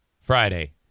Friday